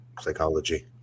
psychology